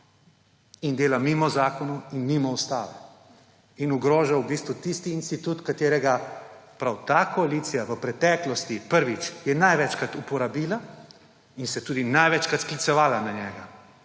se dela mimo zakonov, mimo ustave in ogroža v bistvu tisti institut, katerega je prav ta koalicija v preteklosti, prvič, največkrat uporabila in se tudi največkrat sklicevala na njega,